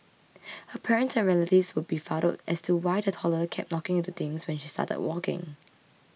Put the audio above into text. her parents and relatives were befuddled as to why the toddler kept knocking into things when she started walking